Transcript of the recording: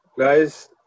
Guys